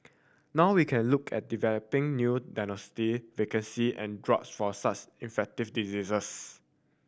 now we can look at developing new diagnostic vaccine and drugs for such infectious diseases